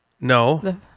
no